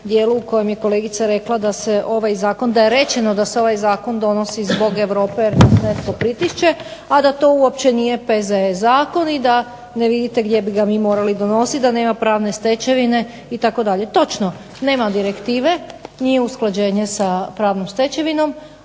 u kojem je kolegica rekla da je rečeno da se ovaj zakon donosi zbog Europe jer netko pritišće, a da to uopće nije P.Z.E. zakon i da ne vidite gdje bi ga mi morali donositi, da nema pravne stečevine itd. Točno. Nema direktive, nije usklađenje sa pravnom stečevinom,